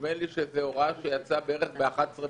נדמה לי שזו הוראה שיצאה בערך ב-11:15,